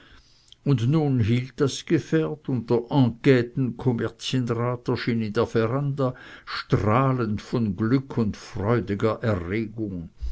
und nun hielt das gefährt und der enqueten kommerzienrat erschien in der veranda strahlend von glück und freudiger erregung